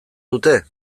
dute